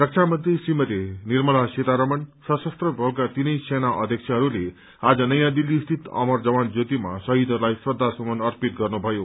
रक्षामन्त्री श्रीमती निर्मला सीता रमन सश्रस्त्र बलका तीनै सेना अध्यक्षहरूले आज यहाँ दिल्ली स्थित अमर जवान ज्योतिमा शङीदहरूलाई श्रेछासुमन अर्पित गर्नुभयो